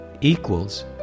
equals